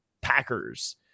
Packers